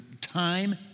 time